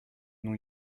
non